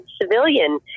civilian